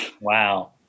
Wow